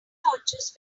torches